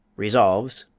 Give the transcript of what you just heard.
resolves,